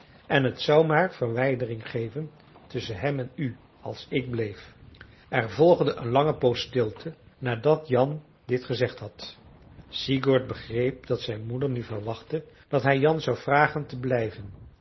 en t zou maar verwijdering geven tusschen hem en u als ik bleef er volgde een lange poos stilte nadat jan dit gezegd had sigurd begreep dat zijn moeder nu verwachtte dat hij jan zou vragen te blijven